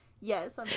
yes